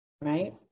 right